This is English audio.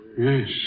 Yes